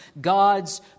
God's